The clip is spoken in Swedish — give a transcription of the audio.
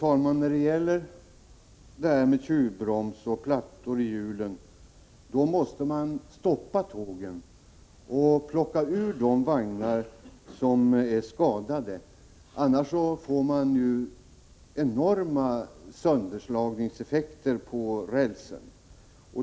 Fru talman! Vid tjuvbromsning och plattor på hjulen måste man stoppa tågen och ta bort de vagnar som är skadade, annars får man enorma sönderslagningseffekter på rälsen.